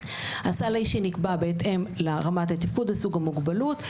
נקבע בהתאם לרמת התפקוד או סוג המוגבלות,